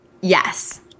Yes